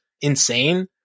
insane